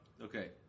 Okay